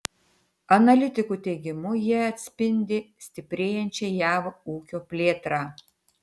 analitikų teigimu jie atspindi stiprėjančią jav ūkio plėtrą